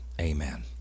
Amen